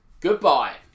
goodbye